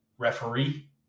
referee